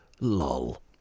lol